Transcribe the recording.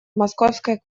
московской